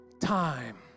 time